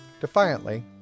Defiantly